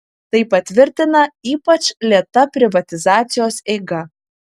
tai patvirtina ypač lėta privatizacijos eiga